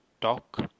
talk